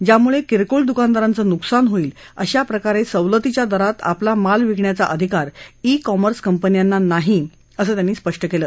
ज्यामुळे किरकोळ दुकानदारांच नुकसान होईल अशा प्रकारे सवलतीच्या दरात आपला माल विकण्याचा अधिकार ई कॉमर्स कंपन्यांना नाही असंही त्यांनी सांगितलं